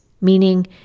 meaning